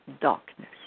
darkness